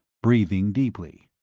breathing deeply.